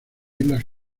islas